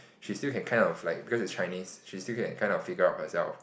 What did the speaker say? she still can kind of like because it's Chinese she can still kind of figure out herself